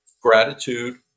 gratitude